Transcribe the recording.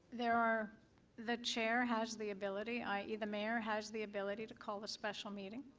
there are the chair has the ability. i e. the mayor has the ability to call a special meeting,